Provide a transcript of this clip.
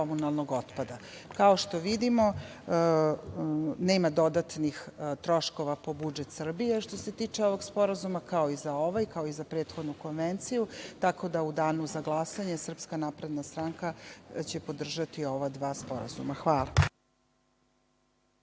komunalnog otpada. Kao što vidimo, nema dodatnih troškova po budžet Srbije, što se tiče ovog sporazuma, kao i za ovaj, kao i za prethodnu konvenciju. Tako da, u danu za glasanje SNS će podržati ova dva sporazuma. Hvala.